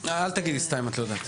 אל תגידי סתם אם את לא יודעת.